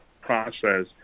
process